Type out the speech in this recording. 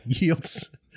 yields